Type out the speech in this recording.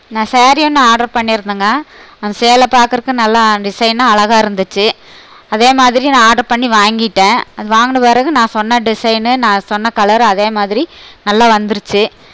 நான் சேரீ ஒன்று ஆர்ட்ரு பண்ணியிருந்தேங்க அந்த சேலை பார்க்கறக்கு நல்ல டிசைனாக அழகாக இருந்துச்சு அதே மாதிரி நான் ஆர்டர் பண்ணி வாங்கிவிட்டேன் அது வாங்கின பிறகு நான் சொன்ன டிசைன் நான் சொன்ன கலர் அதே மாதிரி நல்லா வந்துருச்சு